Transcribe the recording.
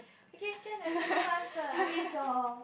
okay can acceptable answer I mean it's your